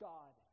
God